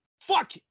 fuck